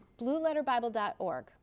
Blueletterbible.org